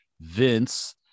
Vince